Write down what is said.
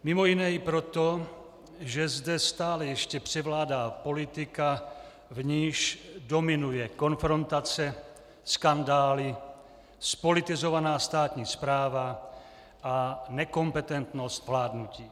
Mimo jiné i proto, že zde stále ještě převládá politika, v níž dominuje konfrontace, skandály, zpolitizovaná státní správa a nekompetentnost vládnutí.